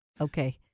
Okay